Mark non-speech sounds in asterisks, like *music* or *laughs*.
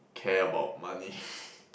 care about money *laughs*